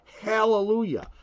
Hallelujah